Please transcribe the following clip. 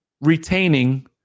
retaining